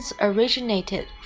originated